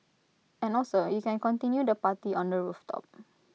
and also you can continue the party on the rooftop